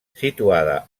situada